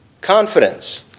Confidence